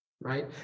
right